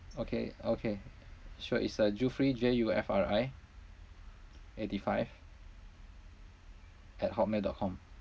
okay okay sure it's uh jufri J U F R I eighty five at hotmail dot com